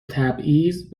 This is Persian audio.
تبعیض